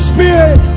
Spirit